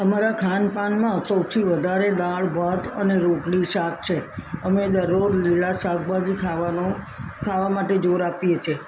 અમારા ખાનપાનમાં સૌથી વધારે દાળભાત અને રોટલી શાક છે અમે દરરોજ લીલા શાકભાજી ખાવાનો ખાવા માટે જોર આપીએ છે